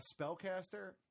spellcaster